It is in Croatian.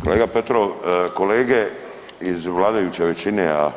Kolega Petrov, kolege iz vladajuće većine, a